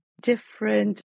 different